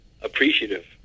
Appreciative